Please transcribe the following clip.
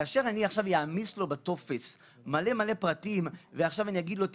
כאשר אני עכשיו אעמיס לו בטופס מלא פרטים ועכשיו אני אגיד לו,